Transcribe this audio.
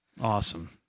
Awesome